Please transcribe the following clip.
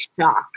shock